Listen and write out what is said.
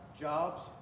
jobs